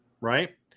Right